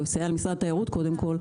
או יסייע למשרד התיירות קודם כל,